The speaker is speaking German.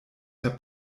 der